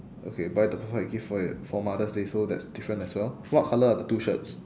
okay buy the perfect gift for yo~ for mother's day so that's different as well what colour are the two shirts